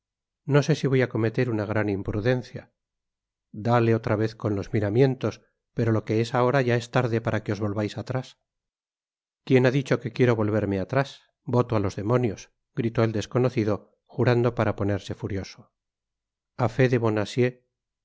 no sé si voy á cometer una gran imprudencia dale otra vez con los miramientos pero lo que es ahora ya es tarde para que os volvais atrás quién ha dicho que quiero volverme atrás voto á los demonios gritó el desconocido jurando para ponerse furioso a